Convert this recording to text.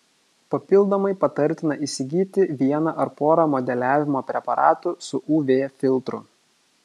papildomai patartina įsigyti vieną ar porą modeliavimo preparatų su uv filtru